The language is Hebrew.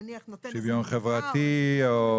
נניח נותן --- שוויון חברתי או,